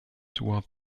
toward